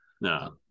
No